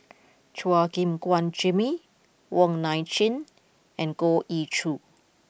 Chua Gim Guan Jimmy Wong Nai Chin and Goh Ee Choo